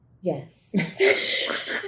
Yes